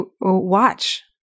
watch